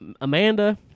Amanda